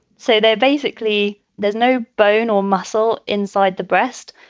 so they're basically there's no bone or muscle inside the breast.